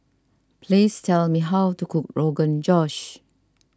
please tell me how to cook Rogan Josh